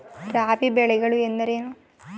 ರಾಬಿ ಬೆಳೆಗಳು ಎಂದರೇನು?